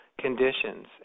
conditions